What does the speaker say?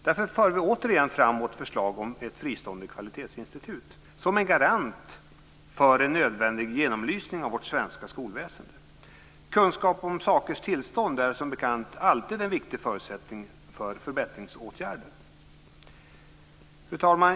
Därför för vi återigen fram vårt förslag om ett fristående kvalitetsinstitut som en garant för en nödvändig genomlysning av vårt svenska skolväsende. Kunskap om sakers tillstånd är som bekant alltid en viktig förutsättning för förbättringsåtgärder. Fru talman!